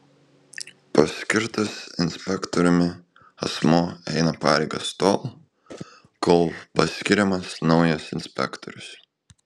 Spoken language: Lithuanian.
paskirtas inspektoriumi asmuo eina pareigas tol kol paskiriamas naujas inspektorius